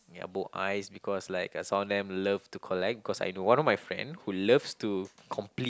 ya bold eyes because like a some of them love to collect because I know one of my friend who loves to complete